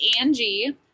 Angie